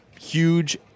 huge